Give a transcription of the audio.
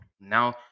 Now